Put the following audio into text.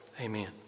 amen